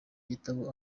gitabo